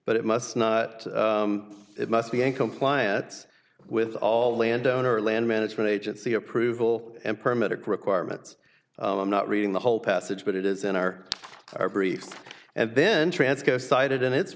but it must not it must be in compliance with all landowner land management agency approval and permit requirements i'm not reading the whole passage but it is in our our briefs and then transco cited in its